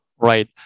Right